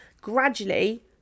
Gradually